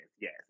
Yes